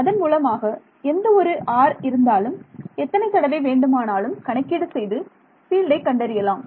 அதன் மூலமாக எந்த ஒரு 'r' இருந்தாலும் எத்தனை தடவை வேண்டுமானாலும் கணக்கீடு செய்து ஃபீல்டை கண்டறியலாம்